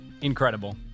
Incredible